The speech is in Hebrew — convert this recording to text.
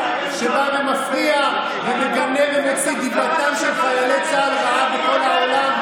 שבא ומפריע ומגנה ומוציא את דיבתם של חיילי צה"ל בכל העולם.